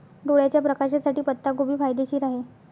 डोळ्याच्या प्रकाशासाठी पत्ताकोबी फायदेशीर आहे